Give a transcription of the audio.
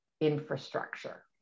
infrastructure